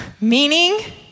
Meaning